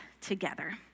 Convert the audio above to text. together